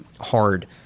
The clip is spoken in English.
hard